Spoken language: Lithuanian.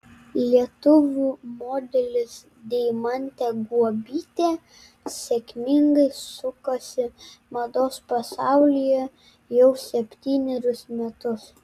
lietuvių modelis deimantė guobytė sėkmingai sukasi mados pasaulyje jau septynerius metus